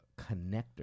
connector